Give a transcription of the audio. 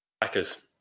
Packers